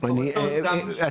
יידוע היישובים,